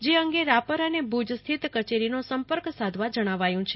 જે અંગે રાપર અને ભૂજ સ્થિત કચેરીનો સંપર્ક સાધવા જણાવાયું છે